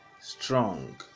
strong